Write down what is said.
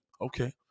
Okay